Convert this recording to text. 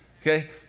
Okay